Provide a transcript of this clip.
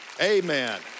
Amen